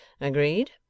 Agreed